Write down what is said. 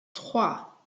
trois